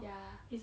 ya